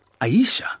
Aisha